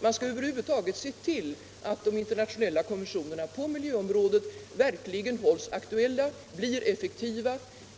Man bör över huvud taget se till att de internationella konventionerna på miljövårdsområdet verkligen hålls aktuella och blir effektiva.